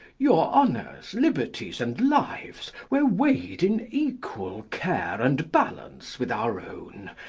your honours, liberties, and lives were weigh'd in equal care and balance with our own,